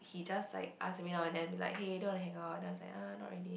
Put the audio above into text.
he just like ask me now and then like hey do you wanna hang out then I was like uh not really